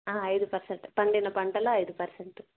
ఐదు పర్సెంట్ పండిన పంటల ఐదు పర్సెంటు